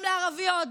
גם לערביות,